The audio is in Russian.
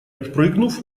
отпрыгнув